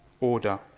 order